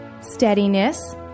steadiness